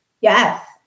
Yes